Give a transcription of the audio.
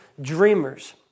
dreamers